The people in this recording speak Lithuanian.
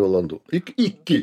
valandų iki